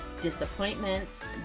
disappointments